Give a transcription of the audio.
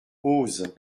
eauze